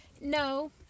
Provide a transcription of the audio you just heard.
no